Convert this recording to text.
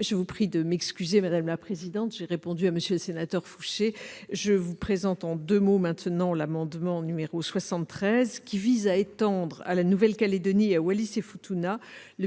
Je vous prie de m'excuser, madame la présidente, mais j'ai tenu à répondre à M. le sénateur Fouché. J'en viens maintenant à l'amendement n° 73, qui vise à étendre à la Nouvelle-Calédonie et à Wallis-et-Futuna le bénéfice